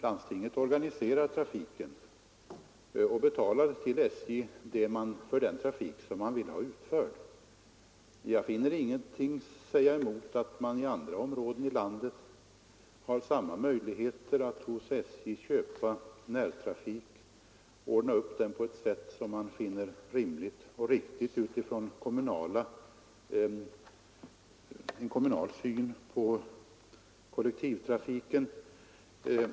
Landstinget organiserar trafiken och betalar till SJ för den trafik som man vill ha utförd. Jag finner ingenting som talar emot att man i andra områden av landet har samma möjligheter att hos SJ köpa närtrafik och ordna upp den på det sätt som man finner rimligt och riktigt utifrån en kommunal syn på den kollektiva trafiken.